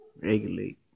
Regulate